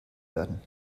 werden